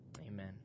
Amen